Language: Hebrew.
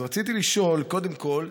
אז רציתי לשאול: קודם כול,